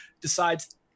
decides